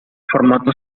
formato